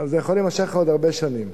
זה יכול להימשך עוד הרבה שנים.